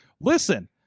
Listen